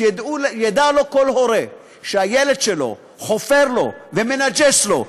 שידע לו כל הורה שהילד שלו חופר לו ומנג'ס לו,